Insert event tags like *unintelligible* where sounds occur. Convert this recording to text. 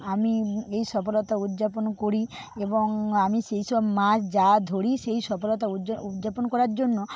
আমি এই সফলতা উদযাপন করি এবং আমি সেইসব মাছ যা ধরি সেই সফলতা *unintelligible* উদযাপন করার জন্য